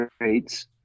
rates